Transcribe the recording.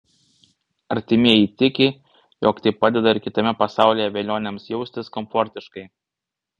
artimieji tiki jog tai padeda ir kitame pasaulyje velioniams jaustis komfortiškai